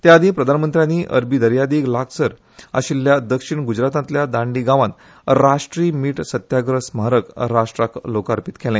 ते आदी प्रधानमंत्र्यानी अरबी दर्यादेगे लागसार आशिल्ल्या दक्षिण ग्रजरातातल्या दांडी गावात राष्ट्रीय मीठ सत्याग्रह स्मारक राष्ट्राक लोकार्पित केले